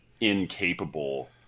incapable